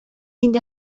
инде